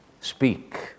speak